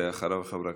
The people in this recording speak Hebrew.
בבקשה, ואחריו, חברת